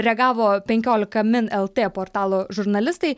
reagavo penkiolika min el t portalo žurnalistai